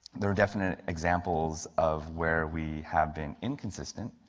there are definite examples of where we have been inconsistent,